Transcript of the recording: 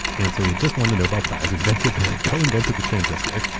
and so he had just won the nobel prize co-invented the co-invented the transistor.